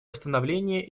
восстановления